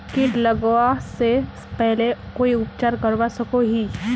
किट लगवा से पहले कोई उपचार करवा सकोहो ही?